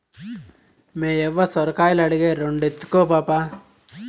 మేయవ్వ సొరకాయలడిగే, రెండెత్తుకో పాపా